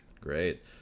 Great